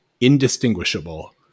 indistinguishable